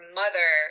mother